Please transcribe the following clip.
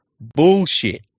Bullshit